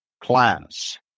class